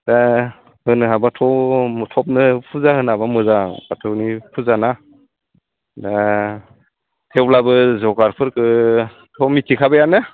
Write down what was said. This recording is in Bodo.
होनो हाबाथ' थाबनो फुजा होनो हाबा मोजां बाथौनि फुजा ना थेवब्लाबो जगारफोरखौथ' मिथिखाबायानो